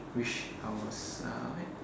wish I was uh like